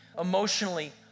emotionally